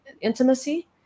intimacy